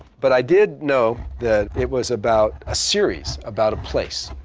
but i did know that it was about a series, about a place,